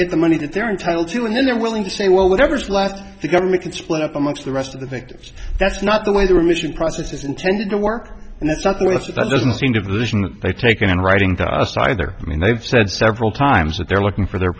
get the money that they're entitled to and then they're willing to say well whatever's left the government can split up amongst the rest of the victims that's not the way the remission process is intended to work and that's not what it's about doesn't seem to be taken in writing to us either i mean they've said several times that they're looking for their